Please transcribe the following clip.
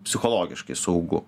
psichologiškai saugu